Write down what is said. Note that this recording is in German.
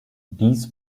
dies